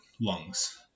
lungs